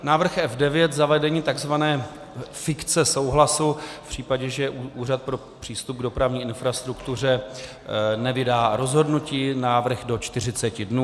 Návrh F9 zavedení tzv. fikce souhlasu v případě, že úřad pro přístup k dopravní infrastruktuře nevydá rozhodnutí návrh do 40 dnů.